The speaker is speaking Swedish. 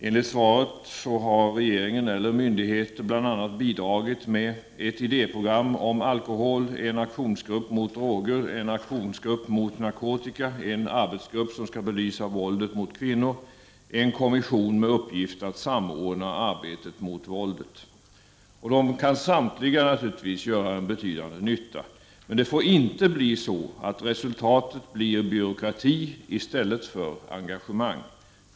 Enligt svaret har regeringen eller myndigheter bl.a. bidragit med: — en kommission med uppgift att samordna arbetet mot våldet. De kan samtliga säkert göra betydande nytta, men det får inte bli så att resultatet blir byråkrati i stället för engagemang.